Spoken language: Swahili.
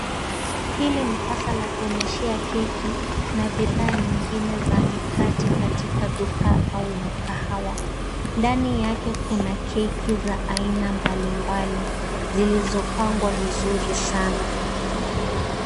Hili ni kasa la kuonyeshea keki na bidhaa nyingine za mikate katika duka au mkahawa. Ndani yake kuna keki za aina mbalimbali , zilizopangwa vizuri sana.